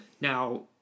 Now